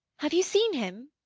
have you seen him?